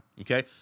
Okay